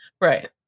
Right